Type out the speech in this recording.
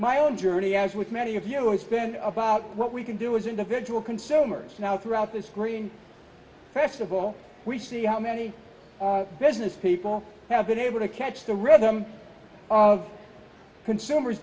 my own journey as with many of you it's been about what we can do as individual consumers now throughout this green festival we see how many business people have been able to catch the rhythm of consumers